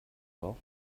bauch